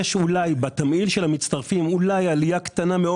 ואולי בתמהיל של המצטרפים יש עלייה קטנה,